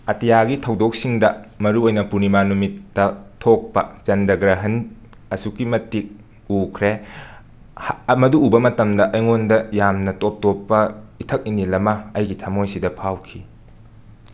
ꯑꯇꯤꯌꯥꯒꯤ ꯊꯧꯗꯣꯛꯁꯤꯡꯗ ꯃꯔꯨꯑꯣꯏꯅ ꯄꯨꯔꯅꯤꯃꯥ ꯅꯨꯝꯤꯠꯇ ꯊꯣꯛꯄ ꯆꯟꯗ꯭ꯔ ꯒ꯭ꯔꯍꯟ ꯑꯁꯨꯛꯀꯤ ꯃꯇꯤꯛ ꯎꯈ꯭ꯔꯦ ꯍꯥ ꯑ ꯃꯗꯨ ꯎꯕ ꯃꯇꯝꯗ ꯑꯩꯉꯣꯟꯗ ꯌꯥꯝꯅ ꯇꯣꯞ ꯇꯣꯞꯄ ꯏꯊꯛ ꯏꯅꯤꯜ ꯑꯃ ꯑꯩꯒꯤ ꯊꯃꯣꯏꯁꯤꯗ ꯐꯥꯎꯈꯤ